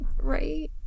Right